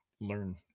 learn